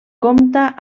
compta